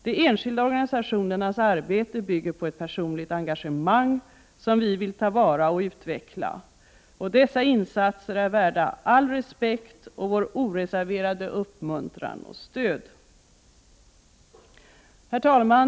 De enskilda organisationernas arbete bygger på ett personligt engagemang som vi vill ta till vara och utveckla. Dessa insatser är värda all respekt, vår oreserverade uppmuntran och vårt stöd. Herr talman!